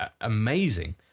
amazing